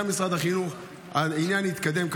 גם עם משרד החינוך על העניין כדי להתקדם,